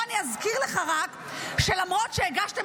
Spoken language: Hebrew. בוא אני אזכיר לך רק שלמרות שהגשתם